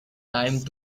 time